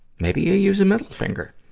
maybe you use a middle finger.